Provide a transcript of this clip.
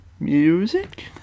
music